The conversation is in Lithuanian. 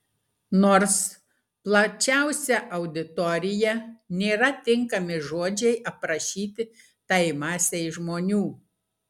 nors plačiausia auditorija nėra tinkami žodžiai aprašyti tai masei žmonių